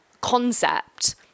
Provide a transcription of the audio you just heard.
concept